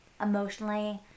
emotionally